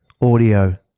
audio